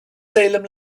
salem